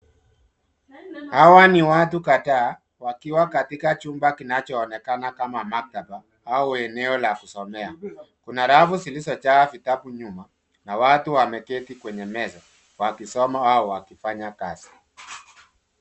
Hawa ni watu kadhaa wakiwa katika chumba kinacho onekana kama maktaba au eneo la kusomea. Kuna rafu zilizojaa vitabu nyuma na watu wameketi kwenye meza wakisoma au wakifanya kazi.